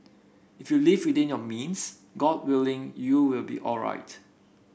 if you live within your means god willing you will be alright